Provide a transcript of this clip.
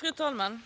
Fru talman!